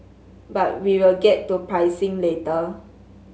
but we will get to pricing later